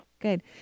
good